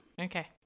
Okay